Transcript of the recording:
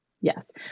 Yes